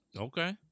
Okay